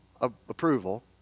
approval